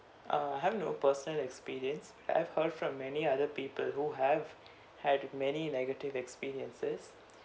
uh I have no personal experience I have heard from many other people who have had many negative experiences